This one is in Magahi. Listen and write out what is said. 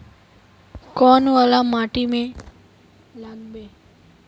कौन वाला माटी में लागबे?